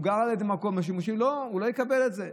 הוא לא יקבל את זה,